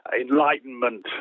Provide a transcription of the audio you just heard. enlightenment